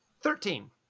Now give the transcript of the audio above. Thirteen